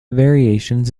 variations